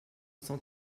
cent